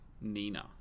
nina